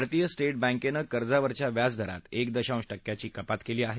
भारतीय स्थाप्रक्षेनं कर्जावरच्या व्याजदरात एक दशांश क्यांची कपात केली आहे